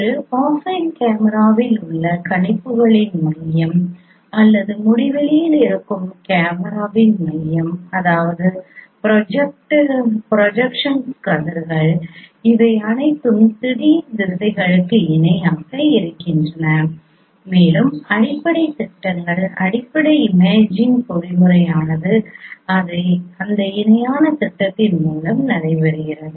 ஒரு அஃபைன் கேமராவில் உங்கள் கணிப்புகளின் மையம் அல்லது முடிவிலியில் இருக்கும் கேமரா மையம் அதாவது ப்ரொஜெக்ஷன் கதிர்கள் அவை அனைத்தும் திடீர் திசைகளுக்கு இணையாக இருக்கின்றன மேலும் அடிப்படை திட்டங்கள் அடிப்படை இமேஜிங் பொறிமுறையானது அந்த இணையான திட்டத்தின் மூலம் நடைபெறுகிறது